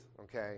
okay